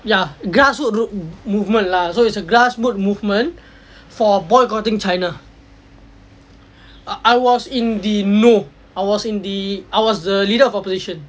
ya grassroot movement lah so it's a grassroots movement for boycotting china I was indeed no I was in the I was the leader of opposition